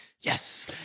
yes